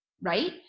Right